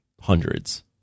hundreds